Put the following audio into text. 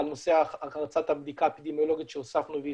על נושא הרצת הבדיקה האפידמיולוגית שהוספנו והיא